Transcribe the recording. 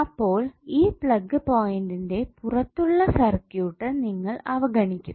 അപ്പോൾ ഈ പ്ലഗ് പോയിൻന്റെ പുറത്തുള്ള സർക്യൂട്ട് നിങ്ങൾ അവഗണിക്കും